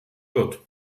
wird